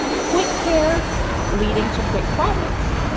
quick care leading to quick profits.